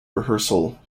rehearsal